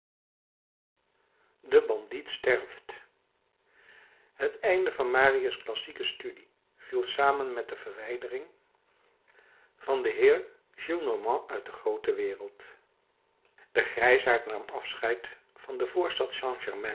de bandiet sterft het einde van marius klassieke studie viel samen met de verwijdering van den heer gillenormand uit de groote wereld de grijsaard nam afscheid van de